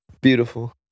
Beautiful